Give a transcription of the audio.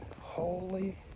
Holy